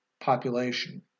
population